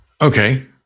Okay